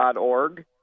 org